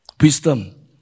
wisdom